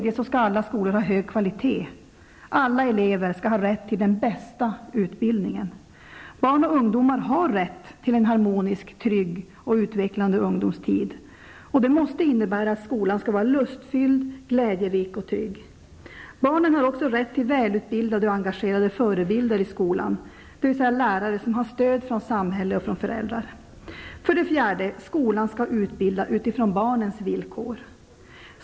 Alla skolor skall ha hög kvalitet. Alla elever skall ha rätt till den bästa utbildningen. Barn och ungdomar har rätt till en harmonisk, trygg och utvecklande ungdomstid. Det måste innebära att skolan skall vara lustfylld, glädjerik och trygg. Barnen har också rätt till välutbildade och engagerade förebilder i skolan, dvs. lärare som har stöd från samhälle och föräldrar. 4. Skolan skall utbilda utifrån barnets villkor.